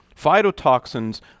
Phytotoxins